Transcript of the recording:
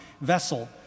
vessel